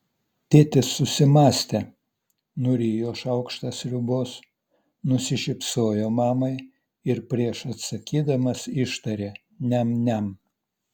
tėtis susimąstė nurijo šaukštą sriubos nusišypsojo mamai ir prieš atsakydamas ištarė niam niam